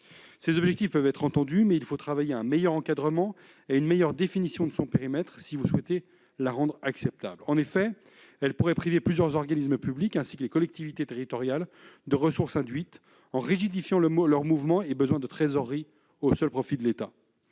mutualisation peuvent être entendus, mais il faut travailler à un meilleur encadrement et à une meilleure définition de son périmètre si vous souhaitez la rendre acceptable. En effet, elle pourrait priver plusieurs organismes publics, ainsi que les collectivités territoriales, de ressources induites en rigidifiant leurs mouvements et besoins de trésorerie au seul profit de l'État.